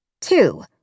Two